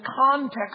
context